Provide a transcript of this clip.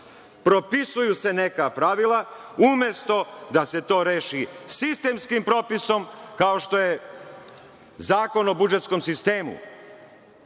propisuju se neka pravila, umesto da se to reši sistemskim propisom, kao što je Zakon o budžetskom sistemu.